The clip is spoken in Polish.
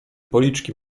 policzki